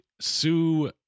sue